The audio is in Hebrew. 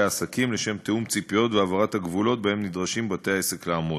העסקים לשם תיאום ציפיות והבהרת הגבולות שבהם נדרשים בתי-העסק לעמוד.